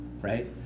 right